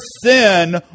sin